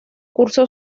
cursó